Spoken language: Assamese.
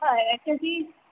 হয় এক কেজি